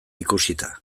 ikusita